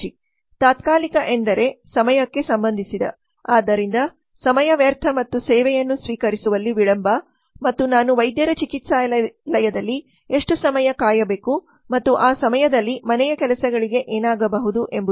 ತಾತ್ಕಾಲಿಕ ಎಂದರೆ ಸಮಯಕ್ಕೆ ಸಂಬಂಧಿಸಿದ ಆದ್ದರಿಂದ ಸಮಯ ವ್ಯರ್ಥ ಮತ್ತು ಸೇವೆಯನ್ನು ಸ್ವೀಕರಿಸುವಲ್ಲಿ ವಿಳಂಬ ಮತ್ತು ನಾನು ವೈದ್ಯರ ಚಿಕಿತ್ಸಾಲಯದಲ್ಲಿ ಎಷ್ಟು ಸಮಯ ಕಾಯಬೇಕು ಮತ್ತು ಆ ಸಮಯದಲ್ಲಿ ಮನೆಯ ಕೆಲಸಗಳಿಗೆ ಏನಾಗಬಹುದು ಎಂಬುದು